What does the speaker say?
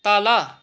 तल